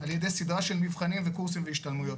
על ידי סדרה של מבחנים וקורסים והשתלמויות.